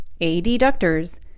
adductors